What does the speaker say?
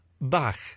Bach